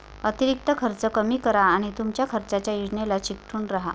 अतिरिक्त खर्च कमी करा आणि तुमच्या खर्चाच्या योजनेला चिकटून राहा